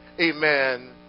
Amen